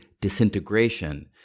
disintegration